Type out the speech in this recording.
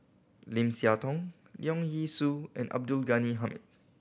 Lim Siah Tong Leong Yee Soo and Abdul Ghani Hamid